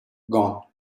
gone